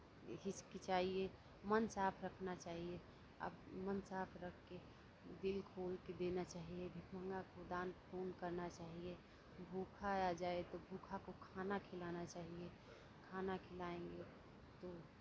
हिचकिचाइये मन साफ रखना चाहिए अब मन साफ रखके दिल खोल के देना चाहिए भिखमंगा को दान पुण्य करना चाहिए भूखा आ जाये तो भूखा को खाना खिलाना चाहिए खाना खिलाएंगे तो